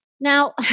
Now